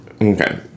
Okay